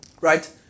Right